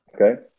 okay